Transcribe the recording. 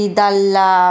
dalla